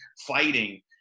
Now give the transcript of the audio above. fighting